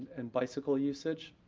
and bicycle usage.